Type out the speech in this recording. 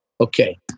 Okay